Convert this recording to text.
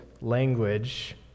language